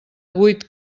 vuit